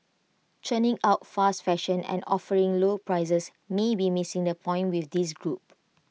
churning out fast fashion and offering lower prices may be missing the point with this group